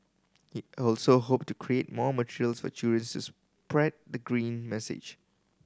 he also hope to create more materials for children's to spread the green message